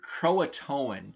Croatoan